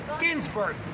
Ginsburg